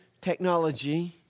technology